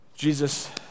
Jesus